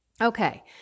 Okay